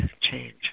change